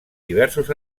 diversos